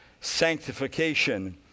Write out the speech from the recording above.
sanctification